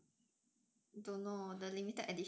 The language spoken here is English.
don't know the limited edition one ah